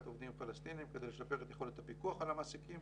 עובדים פלסטינים כדי לשפר את יכולת הפיקוח על המעסיקים